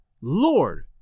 Lord